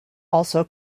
also